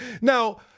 Now